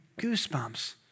goosebumps